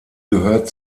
gehört